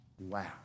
Wow